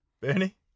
Bernie